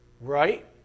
Right